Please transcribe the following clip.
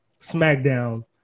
SmackDown